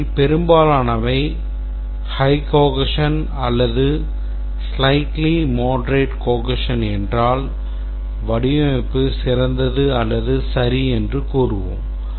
அவற்றில் பெரும்பாலானவை high cohesion அல்லது slightly moderate cohesion என்றால் வடிவமைப்பு சிறந்தது அல்லது சரி என்று கூறுவோம்